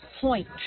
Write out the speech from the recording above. point